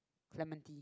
lemon tea